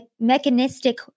mechanistic